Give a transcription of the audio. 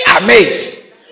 amazed